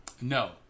No